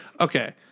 Okay